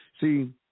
see